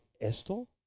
esto